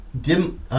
dim